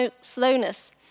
slowness